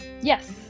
Yes